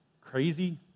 crazy